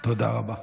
תודה רבה.